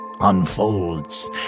unfolds